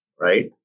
right